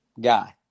guy